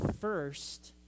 first